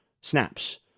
snaps